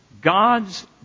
God's